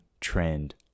trend